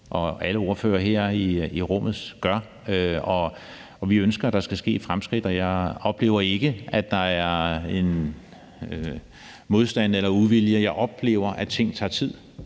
og alle ordførere her i rummet gør. Vi ønsker, der skal ske fremskridt, og jeg oplever ikke, at der er en modstand eller uvilje. Jeg oplever, at ting tager tid.